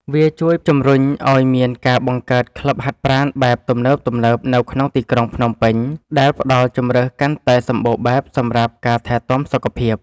វាជួយជំរុញឱ្យមានការបង្កើតក្លឹបហាត់ប្រាណបែបទំនើបៗនៅក្នុងទីក្រុងភ្នំពេញ ដែលផ្ដល់ជម្រើសកាន់តែសម្បូរបែបសម្រាប់ការថែទាំសុខភាព។